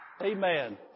Amen